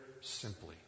simply